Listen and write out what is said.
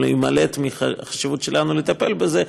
או להימלט מהחשיבות שלנו לטפל בזה,